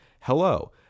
Hello